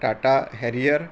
Tata Harrier